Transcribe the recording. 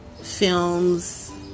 films